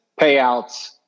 payouts